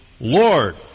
Lord